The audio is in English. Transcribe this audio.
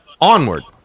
Onward